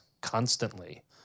constantly